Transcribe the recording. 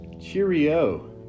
Cheerio